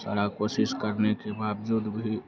सारा कोशिश करने के बावजूद भी